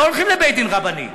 לא הולכים לבית-דין רבני.